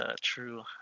True